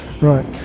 right